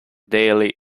daily